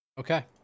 Okay